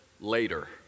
later